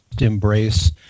embrace